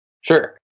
Sure